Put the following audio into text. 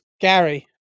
Gary